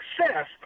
success